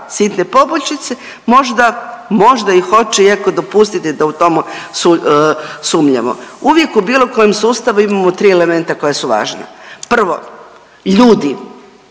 sitne poboljšice, možda, možda i hoće iako dopustite da u to sumnjamo. Uvijek u bilo kojem sustavu imamo 3 elementa koja su važna. Prvo, ljudi